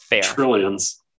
Trillions